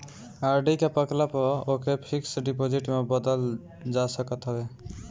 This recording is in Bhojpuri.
आर.डी के पकला पअ ओके फिक्स डिपाजिट में बदल जा सकत हवे